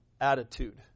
attitude